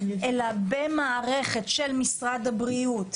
אלא במערכת של משרד הבריאות,